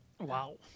Wow